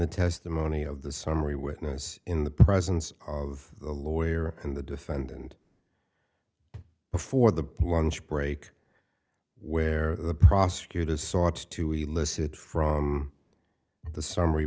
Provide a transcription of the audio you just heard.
the testimony of the summary witness in the presence of the lawyer and the defendant before the lunch break where the prosecutors sought to elicit from the summary